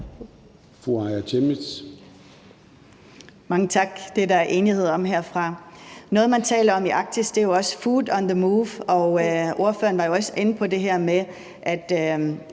Mange tak. Det er der enighed om, vil jeg sige herfra. Noget, man taler om i Arktis, er jo også »food on the move«, og ordføreren var jo også inde på det her med, at